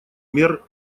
мер